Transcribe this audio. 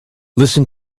listen